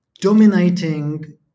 dominating